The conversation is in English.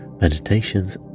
meditations